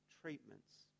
treatments